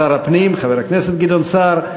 שר הפנים, חבר הכנסת גדעון סער.